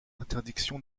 interdiction